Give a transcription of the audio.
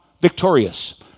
victorious